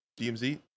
dmz